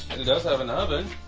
it does have an oven